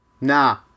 Nah